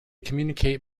communicate